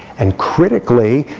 and, critically,